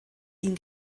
ihn